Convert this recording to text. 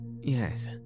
yes